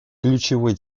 ключевой